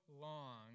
long